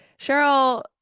Cheryl